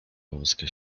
wąska